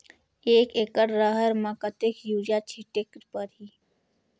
एक एकड रहर म कतेक युरिया छीटेक परही?